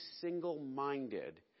single-minded